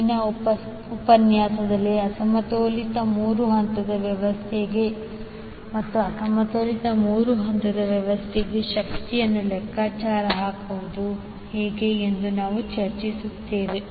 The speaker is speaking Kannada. ಮುಂದಿನ ಉಪನ್ಯಾಸದಲ್ಲಿ ಅಸಮತೋಲಿತ ಮೂರು ಹಂತದ ವ್ಯವಸ್ಥೆ ಮತ್ತು ಅಸಮತೋಲಿತ ಮೂರು ಹಂತದ ವ್ಯವಸ್ಥೆಗೆ ಶಕ್ತಿಯ ಲೆಕ್ಕಾಚಾರವನ್ನು ನಾವು ಚರ್ಚಿಸುತ್ತೇವೆ